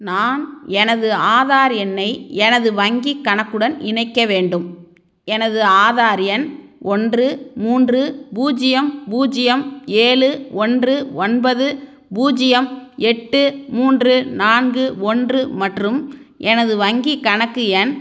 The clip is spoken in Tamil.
நான் எனது ஆதார் எண்ணை எனது வங்கிக் கணக்குடன் இணைக்க வேண்டும் எனது ஆதார் எண் ஒன்று மூன்று பூஜ்ஜியம் பூஜ்ஜியம் ஏழு ஒன்று ஒன்பது பூஜ்ஜியம் எட்டு மூன்று நான்கு ஒன்று மற்றும் எனது வங்கிக் கணக்கு எண்